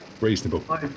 reasonable